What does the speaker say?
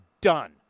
done